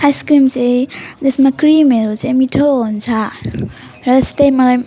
ice cream चाहिँ त्यसमा क्रिमहरू चाहिँ मिठो हुन्छ र यस्तैमा